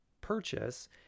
purchase